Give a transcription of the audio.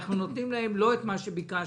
אנחנו נותנים להם לא מה שביקשנו,